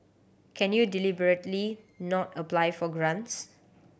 can you deliberately not apply for grants